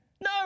No